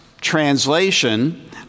translation